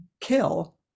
kill